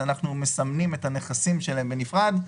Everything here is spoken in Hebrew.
אנחנו מסמנים את הנכסים שלו בנפרד,